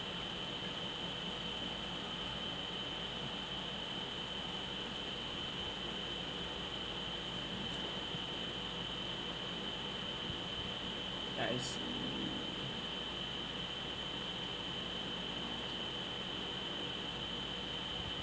nice